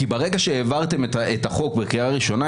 כי ברגע שהעברתם את החוק בקריאה ראשונה,